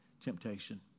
Temptation